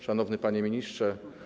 Szanowny Panie Ministrze!